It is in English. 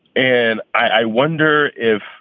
and i wonder if,